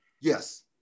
Yes